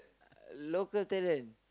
local talent